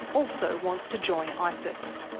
also wants to join isis.